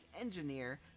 engineer